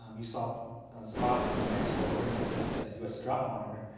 um you saw spots of new mexico, according to the u s. drought monitor,